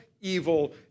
evil